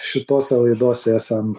šitose laidose esam